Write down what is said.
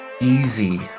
easy